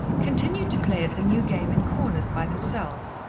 continued to play at the new game in corners by themselves,